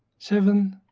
seven